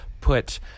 put